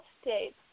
states